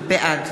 בעד